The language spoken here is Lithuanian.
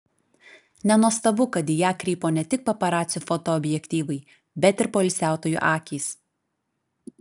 nenuostabu kad į ją krypo ne tik paparacių fotoobjektyvai bet ir poilsiautojų akys